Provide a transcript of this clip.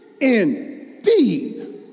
indeed